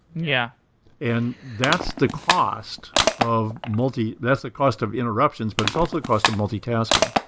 yeah and that's the cost of multi that's the cost of interruptions but it's also the cost of multi-tasking.